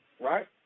right